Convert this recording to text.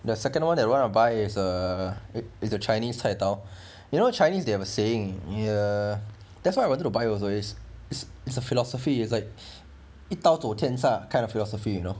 the second [one] that want to buy is uh it's a chinese 菜刀 you know chinese they have a saying ya that's why I wanted to buy also is is is a philosophy like 一刀佐天上 kind of philosophy you know